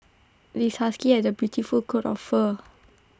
this husky has A beautiful coat of fur